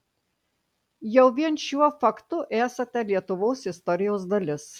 jau vien šiuo faktu esate lietuvos istorijos dalis